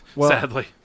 Sadly